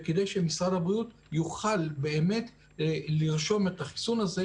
וכדי שמשרד הבריאות יוכל לרשום את החיסון הזה,